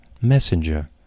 Messenger